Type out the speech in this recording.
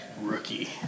Rookie